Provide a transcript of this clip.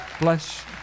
bless